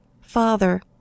Father